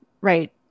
right